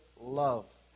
love